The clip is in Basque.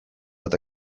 eta